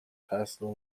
personal